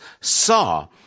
saw